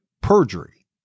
perjury